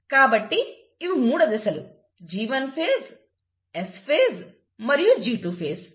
కాబట్టి ఇవి మూడు దశలు G1 phase S phase మరియు G2 phase